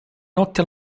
notte